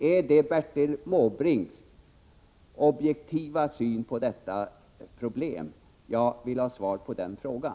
Är det Bertil Måbrinks objektiva syn på detta problem? Jag vill ha svar på den frågan.